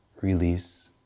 release